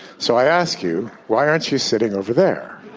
so i ask you why aren't you sitting over there?